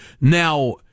Now